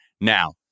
Now